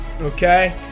okay